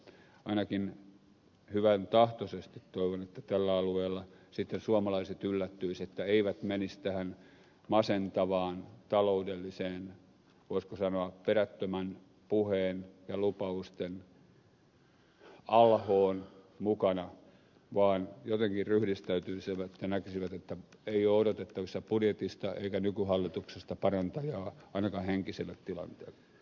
ainakin hyväntahtoisesti toivon että tällä alueella sitten suomalaiset yllättyisivät että eivät menisi tähän masentavaan taloudelliseen voisiko sanoa perättömän puheen ja lupausten alhoon mukaan vaan jotenkin ryhdistäytyisivät ja näkisivät että ei ole odotettavissa budjetista eikä nykyhallituksesta parantajaa ainakaan henkiselle tilanteelle